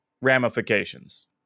ramifications